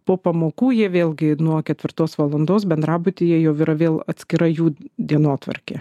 po pamokų jie vėlgi nuo ketvirtos valandos bendrabutyje jau yra vėl atskira jų dienotvarkė